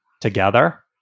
together